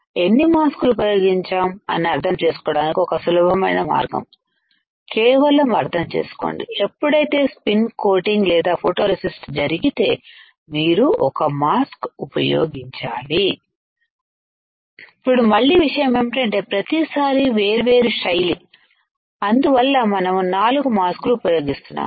ఎన్ని మాస్క్ లు ఉపయోగించాము అని అర్థం చేసుకోవడానికి ఒక సులభమైన మార్గం కేవలం అర్థం చేసుకోండి ఎప్పుడైతే స్పిన్ కోటింగ్ లేదా రెసిస్ట్ జరిగితే మీరు ఒక మాస్క్ ఉపయోగించాలి ఇప్పుడు మళ్లీ విషయం ఏంటంటే ప్రతిసారి వేర్వేరు శైలి కదా అందువల్ల మనము 4 మాస్క్ లు ఉపయోగిస్తున్నాము